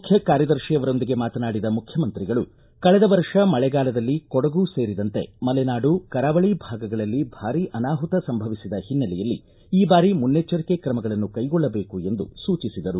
ಮುಖ್ಯ ಕಾರ್ಯದರ್ಶಿಯವರೊಂದಿಗೆ ಮಾತನಾಡಿದ ಮುಖ್ಯಮಂತ್ರಿಗಳು ಕಳೆದ ವರ್ಷ ಮಳೆಗಾಲದಲ್ಲಿ ಕೊಡಗು ಸೇರಿದಂತೆ ಮಲೆನಾಡು ಕರಾವಳಿ ಭಾಗಗಳಲ್ಲಿ ಭಾರಿ ಅನಾಹುತ ಸಂಭವಿಸಿದ ಹಿನ್ನೆಲೆಯಲ್ಲಿ ಈ ಬಾರಿ ಮುನ್ನೆಚ್ಚರಿಕೆ ಕ್ರಮಗಳನ್ನು ಕೈಗೊಳ್ಳದೇಕು ಎಂದು ಸೂಚಿಸಿದರು